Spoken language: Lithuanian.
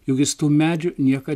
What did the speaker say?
juk jis tų medžių niekad